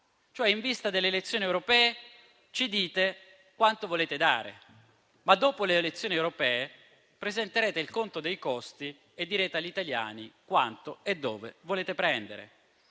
fare. In vista delle elezioni europee ci dite quanto volete dare, ma dopo le elezioni europee presenterete il conto dei costi e direte agli italiani quanto e dove volete prendere.